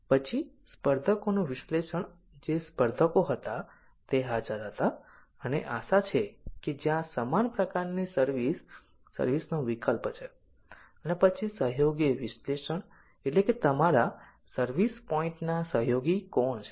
પછી સ્પર્ધકોનું વિશ્લેષણ જે સ્પર્ધકો હતા તે હાજર હતા અને આશા છે કે જ્યાં સમાન પ્રકારની સર્વિસ સર્વિસ નો વિકલ્પ છે અને પછી સહયોગી વિશ્લેષણ એટલે કે તમારા સર્વિસ પોઇન્ટના સહયોગી કોણ છે